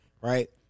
right